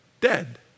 dead